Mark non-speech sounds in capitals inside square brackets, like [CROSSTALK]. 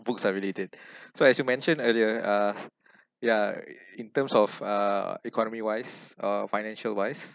books are related [BREATH] so as you mentioned earlier uh [BREATH] yeah in terms of uh economy wise or financial wise